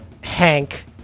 Hank